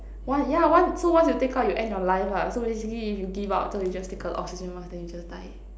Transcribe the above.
one yeah one so once you take out you end your life lah so basically if you give up so you just take out the oxygen mask then you just die